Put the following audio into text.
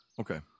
Okay